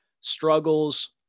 struggles